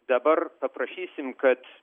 dabar paprašysim kad